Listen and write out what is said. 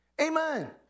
Amen